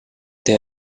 they